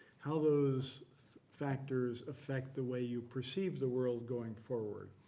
how those factors affect the way you perceive the world going forward.